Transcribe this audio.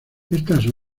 estas